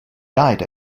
died